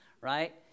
right